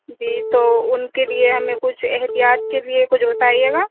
جی تو اُن کے لیے ہمیں کچھ احتیاط کے لیے کچھ بتائیے گا